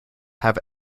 have